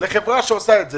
לחברה שעושה את זה.